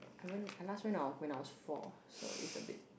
I went I last went I was four so it's a bit